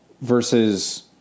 versus